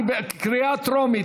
בקריאה טרומית.